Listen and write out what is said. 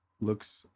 looks